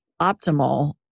optimal